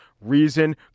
Reason